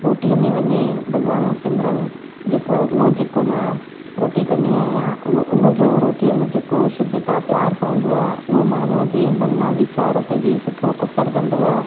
रोटीअ में वञे भॻवान जो सिमरन जेको आहे उहो जेको मां रोटी कंदी आहियां उहो उन जो रोटीअ में जेको शुद्धता प्यारु पवंदो आहे उहो माण्हूअ जे मन विचार ते बि सुठो असरु कंदो आहे